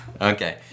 Okay